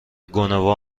گنوا